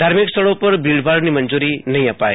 ધાર્મિક સ્થળો પર ભીડભાડની મંજૂરી નહીં અપાય